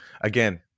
Again